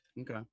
Okay